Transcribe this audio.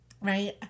right